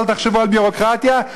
אל תחשבו על ביורוקרטיה,